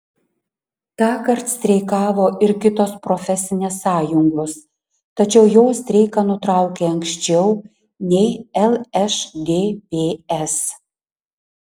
tąkart streikavo ir kitos profesinės sąjungos tačiau jos streiką nutraukė anksčiau nei lšdps